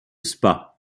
spa